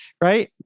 right